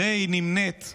הרי הוא נמנה עם